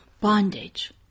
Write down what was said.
Bondage